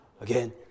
again